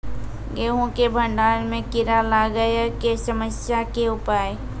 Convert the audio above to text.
गेहूँ के भंडारण मे कीड़ा लागय के समस्या के उपाय?